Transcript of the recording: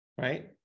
Right